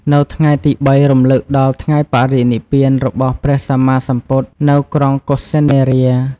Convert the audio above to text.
ជុំទី ៣ រំលឹកដល់ ថ្ងៃបរិនិព្វាន របស់ព្រះសម្មាសម្ពុទ្ធនៅក្រុងកុសិនារា។